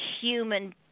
human